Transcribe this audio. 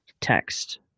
text